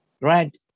right